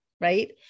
right